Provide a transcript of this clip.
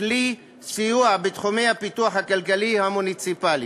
כלי סיוע בתחומי הפיתוח הכלכלי והמוניציפלי.